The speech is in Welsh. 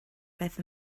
beth